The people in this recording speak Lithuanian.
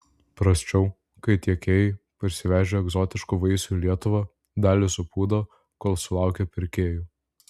prasčiau kai tiekėjai parsivežę egzotiškų vaisių į lietuvą dalį supūdo kol sulaukia pirkėjų